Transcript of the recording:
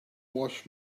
wash